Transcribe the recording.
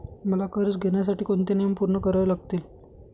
मला कर्ज घेण्यासाठी कोणते नियम पूर्ण करावे लागतील?